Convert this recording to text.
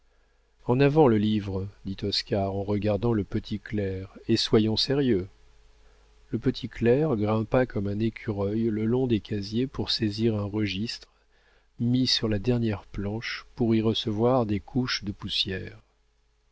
en avant le livre dit oscar en regardant le petit clerc et soyons sérieux le petit clerc grimpa comme un écureuil le long des casiers pour saisir un registre mis sur la dernière planche pour y recevoir des couches de poussière